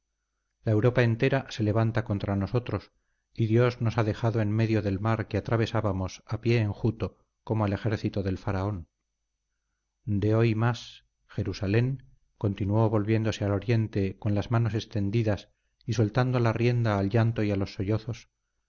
la europa entera se levanta contra nosotros y dios nos ha dejado en medio del mar que atravesábamos a pie enjuto como al ejército de faraón de hoy más jerusalén continuó volviéndose al oriente con las manos extendidas y soltando la rienda al llanto y a los sollozos